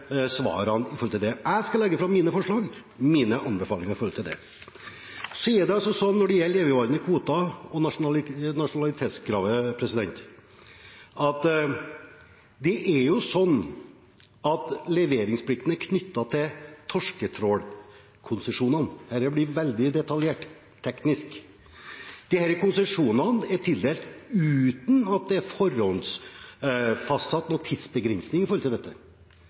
svarene. Jeg skal legge fram mine forslag og mine anbefalinger til det. Når det gjelder evigvarende kvoter og nasjonalitetskravet, er det sånn at leveringsplikten er knyttet til torsketrålkonsesjonene – dette blir veldig detaljert teknisk. Disse konsesjonene er tildelt uten at det er forhåndsfastsatt noen tidsbegrensing for dem. Men her kommer altså Eidesen-utvalget, kvoteutvalget, med sin innstilling og sitt forslag 13. desember, og så skal jeg legge fram mine anbefalinger i